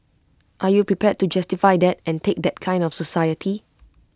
are you prepared to justify that and take that kind of society